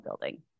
building